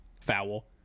foul